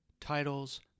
titles